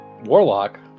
Warlock